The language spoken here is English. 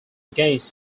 against